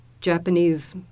Japanese